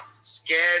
scared